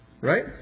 right